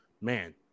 man